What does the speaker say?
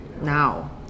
now